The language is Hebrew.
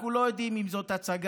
אנחנו לא יודעים אם זאת הצגה,